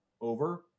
over